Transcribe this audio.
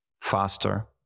faster